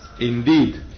indeed